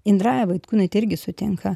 indraja vaitkūnaitė irgi sutinka